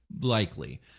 likely